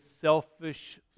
selfish